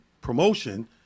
promotion